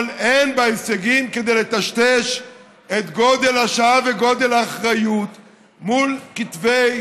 אבל אין בהישגים כדי לטשטש את גודל השעה וגודל האחריות מול כתבי,